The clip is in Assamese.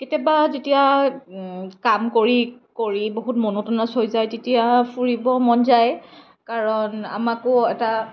কেতিয়াবা যেতিয়া কাম কৰি কৰি বহুত ম'ন'টনাচ হৈ যায় তেতিয়া ফুৰিব মন যায় কাৰণ আমাকো এটা